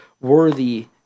worthy